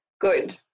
good